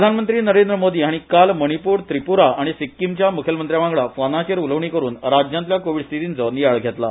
प्रधानमंत्री नरेंद्र मोदी हाणी काल मणिपूर त्रिप्रा आनी सिक्कीमच्या म्खेलमंत्र्यांवांगडा फोनाचेर उलोवणी करून राज्यातल्या कोविड स्थितीचो नियाळ घेतला